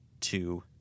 two